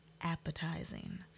appetizing